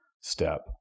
step